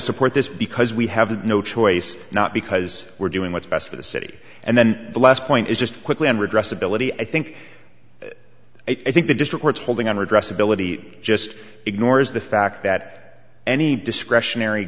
support this because we have no choice not because we're doing what's best for the city and then the last point is just quickly and redress ability i think i think the district's holding on addressability just ignores the fact that any discretionary